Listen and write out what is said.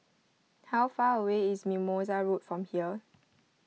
how far away is Mimosa Road from here